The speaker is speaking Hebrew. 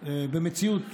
במציאות